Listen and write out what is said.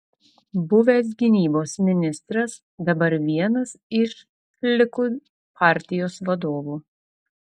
buvęs gynybos ministras dabar vienas iš likud partijos vadovų